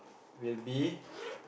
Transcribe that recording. will be